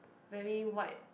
very white